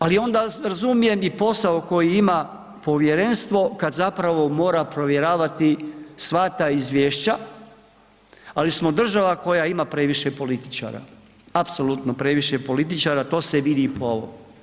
Ali onda razumijem i posao koji ima povjerenstvo kad zapravo mora provjeravati sva ta izvješća ali smo država koja ima previše političara, apsolutno previše političara, to se i vidi po ovom.